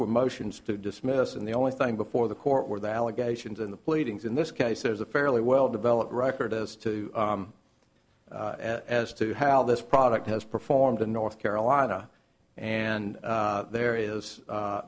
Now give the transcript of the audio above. were motions to dismiss and the only thing before the court were the allegations in the pleadings in this case there's a fairly well developed record as to as to how this product has performed in north carolina and there is